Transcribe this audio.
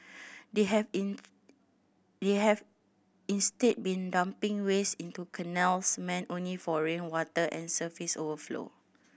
they have in they have instead been dumping waste into canals meant only for rainwater and surface overflow